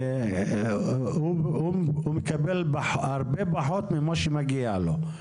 הוא מקבל הרבה פחות ממה שמגיע לו.